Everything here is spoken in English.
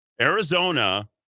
Arizona